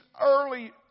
early